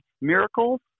miracles